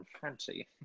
fancy